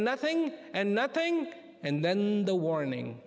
nothing and nothing and then the warning